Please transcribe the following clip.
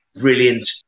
Brilliant